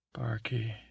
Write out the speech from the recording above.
Barkey